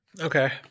Okay